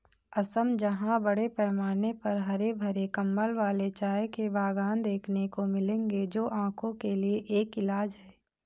असम जहां बड़े पैमाने पर हरे भरे कंबल वाले चाय के बागान देखने को मिलेंगे जो आंखों के लिए एक इलाज है